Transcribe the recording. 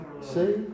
See